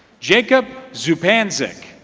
jacob zupanzik